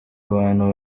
abantu